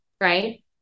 Right